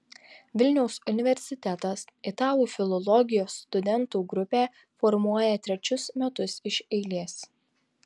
vilniaus universitetas italų filologijos studentų grupę formuoja trečius metus iš eilės